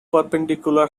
perpendicular